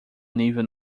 nível